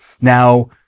Now